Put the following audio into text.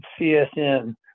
CSN